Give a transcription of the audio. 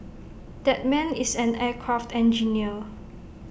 that man is an aircraft engineer